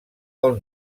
del